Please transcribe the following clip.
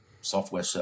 software